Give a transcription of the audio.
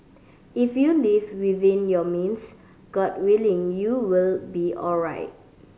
if you live within your means God willing you will be alright